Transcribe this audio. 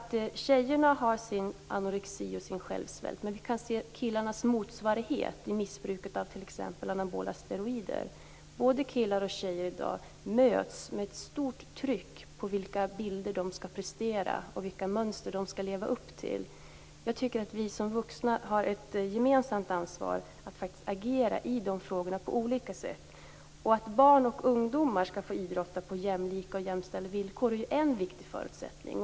Tjejerna har sin anorexi, sin självsvält, men vi kan se killarnas motsvarighet i t.ex. Både killar och tjejer möts i dag av ett stort tryck när det gäller bilderna av vad de skall prestera och vilka mönster de skall leva upp till. Jag tycker att vi som vuxna har ett gemensamt ansvar att agera i de här frågorna på olika sätt. Att barn och ungdomar skall få idrotta på jämlika och jämställda villkor är en viktig förutsättning.